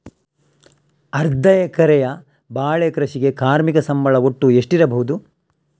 ಅರ್ಧ ಎಕರೆಯ ಬಾಳೆ ಕೃಷಿಗೆ ಕಾರ್ಮಿಕ ಸಂಬಳ ಒಟ್ಟು ಎಷ್ಟಿರಬಹುದು?